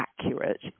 accurate